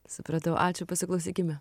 supratau ačiū pasiklausykime